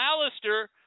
Alistair